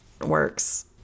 works